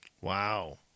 Wow